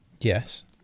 Yes